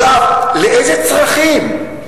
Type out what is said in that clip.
לאיזה צרכים?